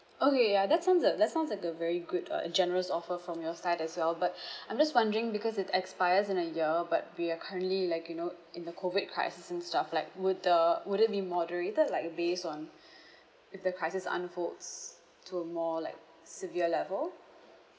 okay ya that sounds that sounds like a very good uh generous offer from your side as well but I'm just wondering because it expires in a year but we are currently like you know in the COVID crisis and stuff like would the would it be moderated like uh based on if the crisis unfolds to a more like severe level